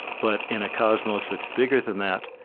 but in a cosmos that's bigger than that,